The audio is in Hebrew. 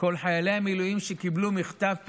מכל חיילי המילואים שקיבלו מכתב פיטורים,